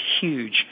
huge